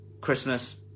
Christmas